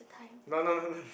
no no no no